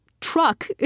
Truck